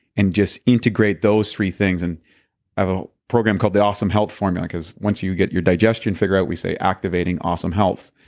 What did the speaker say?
and just integrate those three things. and i have a program called the awesome health formula cause ones you get your digestion figured out we say activating awesome health.